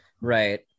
right